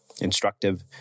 instructive